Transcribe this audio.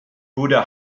buddha